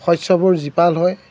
শস্যবোৰ জীপাল হয়